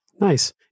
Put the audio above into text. nice